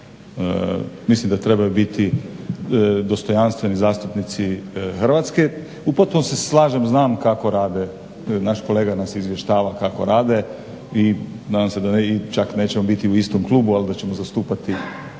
Mislim da trebaju biti dostojanstveni zastupnici Hrvatske. U potpunosti se slažem, znam kako rade, naš kolega nas izvještava kako rade i nadam se da i čak nećemo biti i u istom klubu, ali da ćemo zastupati iste